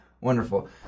Wonderful